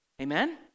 Amen